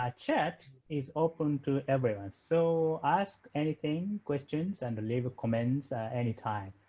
um chat is open to everyone. so ask anything, questions and leave comments any time.